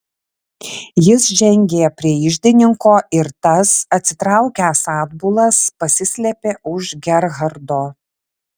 jis žengė prie iždininko ir tas atsitraukęs atbulas pasislėpė už gerhardo